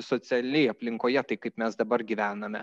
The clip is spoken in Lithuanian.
socialiai aplinkoje taip kaip mes dabar gyvename